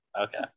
Okay